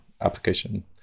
application